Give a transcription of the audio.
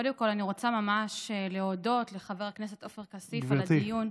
קודם כול אני רוצה ממש להודות לחבר הכנסת עופר כסיף על הדיון.